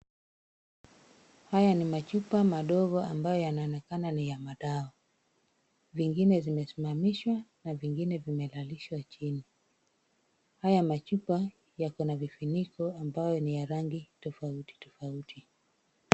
Haya ni machupa madogo ambayo yanaonekana ni ya madawa, vingine zimesimamishwa na vingine vimelalishwa chini. Haya machupa yako na vifuniko ambayo ni ya rangi tofauti tofauti.